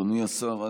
אדוני השר,